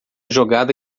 jogada